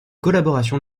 collaboration